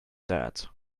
that